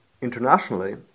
Internationally